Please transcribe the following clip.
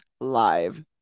live